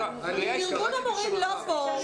ארגון המורים לא פה,